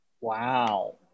Wow